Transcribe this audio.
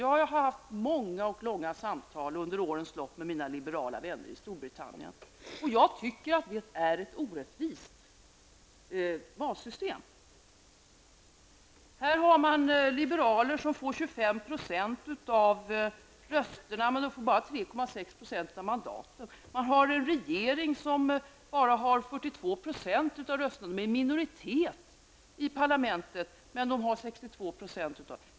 Jag har haft många och långa samtal under årens lopp med mina liberala vänner i Storbritannien, och jag tycker att det är ett orättvist valsystem man har där. Liberalerna får 25 % av rösterna men bara 3,6 % av mandaten. Man har en regering som bara har 42 % av rösterna. Regeringspartiet är i minoritet bland väljarna men har 62 % av mandaten.